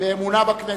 באמונה בכנסת.